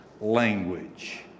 language